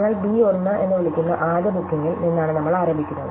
നിങ്ങൾ ബി 1 എന്ന് വിളിക്കുന്ന ആദ്യ ബുക്കിംഗിൽ നിന്നാണ് നമ്മൾ ആരംഭിക്കുന്നത്